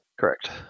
Correct